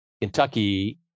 Kentucky